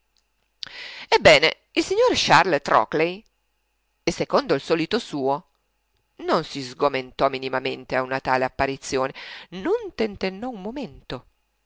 ebbene il signor charles trockley secondo il solito suo non si sgomentò minimamente a una tale apparizione non tentennò un momento